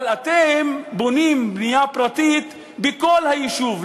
אבל אתם בונים בנייה פרטית בכל היישוב,